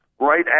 right